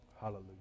Hallelujah